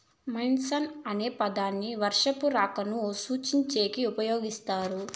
monsoon అనే పదాన్ని వర్షపు రాకను సూచించేకి ఉపయోగిస్తారు